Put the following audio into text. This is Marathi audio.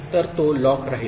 तर तो लॉक राहील